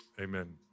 Amen